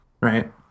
right